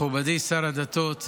מכובדי השר,